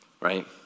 Right